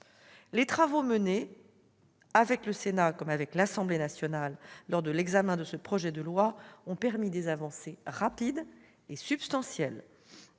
les travaux menés avec le Sénat comme avec l'Assemblée nationale au titre de ce projet de loi ont permis des avancées rapides et substantielles.